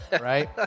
right